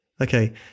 Okay